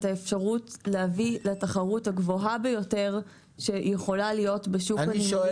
האפשרות להביא לתחרות הגבוהה ביותר שיכולה להיות בשוק הנמלים,